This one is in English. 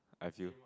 I feel